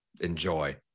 enjoy